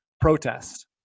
protest